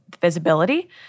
visibility